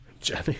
Jenny